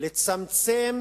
לצמצם